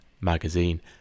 magazine